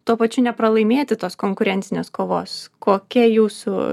tuo pačiu nepralaimėti tos konkurencinės kovos kokia jūsų